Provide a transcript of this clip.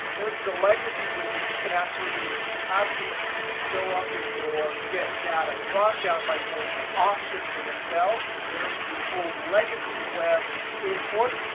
there's the legacy wizards. you can actually have these show up in your get data dropdown by going to options in excel. there's the old legacy web import.